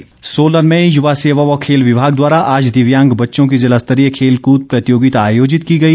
खेलकूद सोलन में युवा सेवा व खेल विभाग द्वारा आज दिव्यांग बच्चों की ज़िला स्तरीय खेल कूद प्रतियोगिता आयोजित की गई